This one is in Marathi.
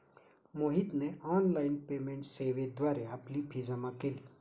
मोहितने ऑनलाइन पेमेंट सेवेद्वारे आपली फी जमा केली